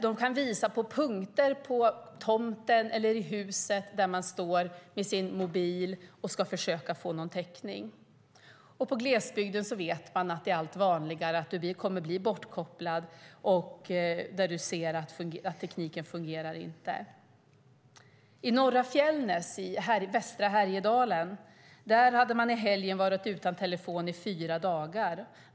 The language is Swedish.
De kan visa på punkter på tomten eller i huset där de står med sin mobil och ska försöka få täckning. I glesbygden vet man att det är allt vanligare att du kommer att bli bortkopplad och att tekniken inte fungerar. I norra Fjällnäs i västra Härjedalen hade man i helgen varit utan telefon i fyra dagar.